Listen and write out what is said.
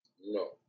No